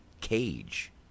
Cage